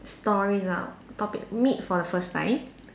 stories ah topic meet for the first time